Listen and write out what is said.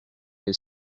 his